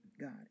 God